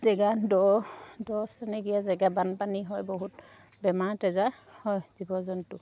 জেগা দহ দহ তেনেকৈ জেগা বানপানী হয় বহুত বেমাৰ তেজাৰ হয় জীৱ জন্তু